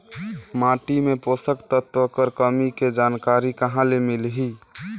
माटी मे पोषक तत्व कर कमी के जानकारी कहां ले मिलही?